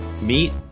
Meet